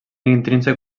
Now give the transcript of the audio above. intrínsec